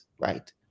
right